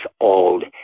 old